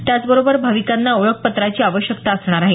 त्याचबरोबर भाविकांना ओळख पत्राची आवश्कता असणार आहे